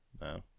No